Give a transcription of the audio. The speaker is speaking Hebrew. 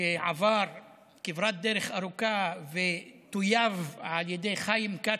שעבר כברת דרך ארוכה וטויב על ידי חיים כץ,